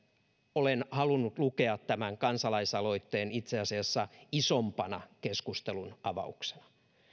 olen halunnut lukea tämän kansalaisaloitteen isompana keskustelunavauksena